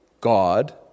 God